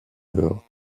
leur